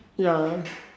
ya